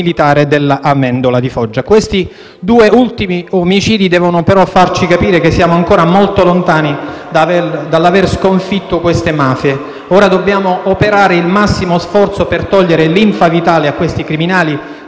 Questi due ultimi omicidi devono però farci capire che siamo ancora molto lontani dall'aver sconfitto queste mafie. Ora dobbiamo operare il massimo sforzo per togliere linfa vitale a questi criminali,